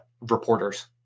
reporters